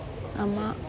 ஆமா:aama